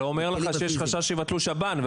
הוא אומר לך שיש חשש שיבטלו את השב"ן,